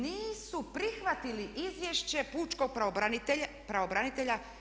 Nisu prihvatili izvješće pučkog pravobranitelja.